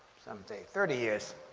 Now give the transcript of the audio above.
some say thirty years.